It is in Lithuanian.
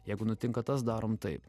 jeigu nutinka tas darom taip